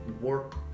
work